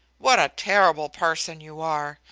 what a terrible person you are!